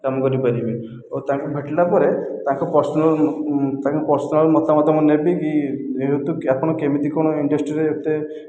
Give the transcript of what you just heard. କାମ କରି ପାରିବେ ଓ ତାଙ୍କୁ ଭେଟିଲା ପରେ ତାଙ୍କ ପର୍ସନାଲ ମତାମତ ମୁଁ ନେବି କି ଆପଣ ଆପଣ କେମିତି କ'ଣ ଇଣ୍ଡଷ୍ଟ୍ରିରେ ଏତେ